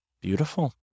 Beautiful